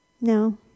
No